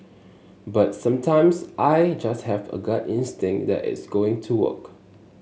but sometimes I just have a gut instinct that it's going to work